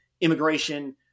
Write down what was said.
immigration